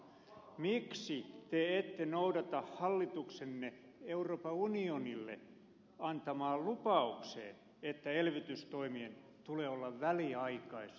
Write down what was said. miksi te ette noudata hallituksenne euroopan unionille antamaa lupausta että elvytystoimien tulee olla väliaikaisia